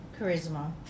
Charisma